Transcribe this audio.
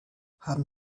haben